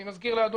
אני מזכיר לאדוני,